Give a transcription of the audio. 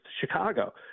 Chicago